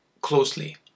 closely